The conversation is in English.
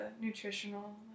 nutritional